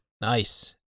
nice